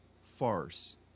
farce